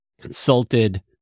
consulted